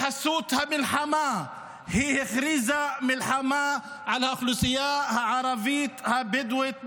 בחסות המלחמה היא הכריזה מלחמה על האוכלוסייה הערבית הבדואית בנגב.